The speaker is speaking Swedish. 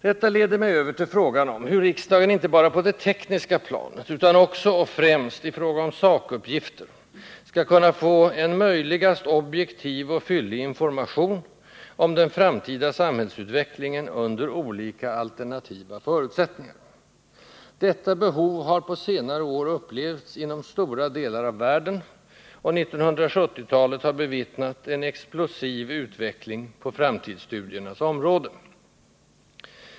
Detta leder mig över till frågan om hur riksdagen inte bara på det tekniska planet utan också, och främst, i fråga om sakuppgifter skall kunna få en möjligast objektiv och fyllig information om den framtida samhällsutvecklingen, under olika alternativa förutsättningar. Detta behov har på senare år upplevts inom stora delar av världen, och 1970-talet har bevittnat en explosiv utveckling på ”framtidsstudiernas” område.